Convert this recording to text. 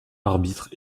arbitres